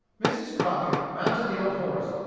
mrs. crockett mounted the old horse,